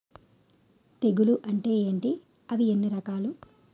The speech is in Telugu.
తెగులు అంటే ఏంటి అవి ఎన్ని రకాలు?